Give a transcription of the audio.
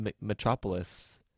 Metropolis